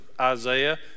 Isaiah